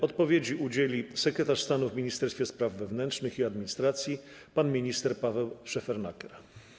Odpowiedzi udzieli sekretarz stanu w Ministerstwie Spraw Wewnętrznych i Administracji pan minister Paweł Szefernaker.